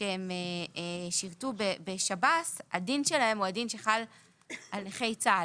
שהם שירתו בשב"ס הדין שלהם הוא הדין שחל על נכי צה"ל.